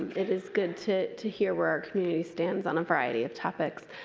it is good to to hear where our community stantds on a variety of topics.